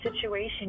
situation